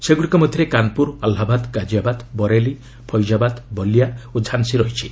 ସେଗୁଡ଼ିକ ମଧ୍ୟରେ କାନ୍ପୁର ଆହ୍ଲାବାଦ୍ ଗାଜିଆବାଦ୍ ବରେଲି ଫୈଜାବାଦ୍ ବଲିଆ ଓ ଝାନ୍ସୀ ରହିଛି